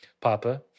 Papa